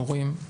מורים,